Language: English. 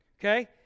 okay